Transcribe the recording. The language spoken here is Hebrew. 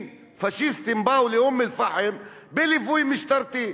פאשיסטיים באו לאום-אל-פחם בליווי משטרתי.